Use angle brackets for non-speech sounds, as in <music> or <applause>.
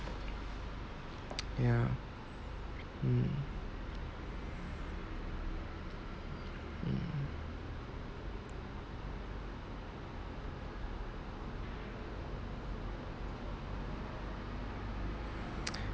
ya um um <noise>